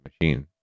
Machine